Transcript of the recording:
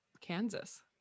Kansas